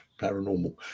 paranormal